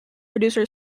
producer